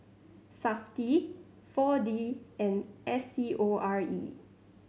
Safti Four D and S C O R E